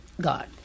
God